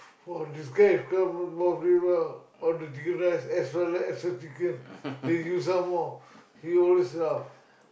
!wah! this guy come not very well order chicken rice extra rice extra chicken they give some more he always laugh